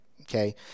okay